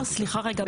אפשר, סליחה רגע?